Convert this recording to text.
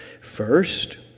first